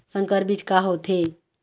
संकर बीज का होथे?